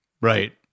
Right